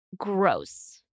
Gross